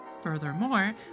Furthermore